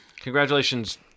Congratulations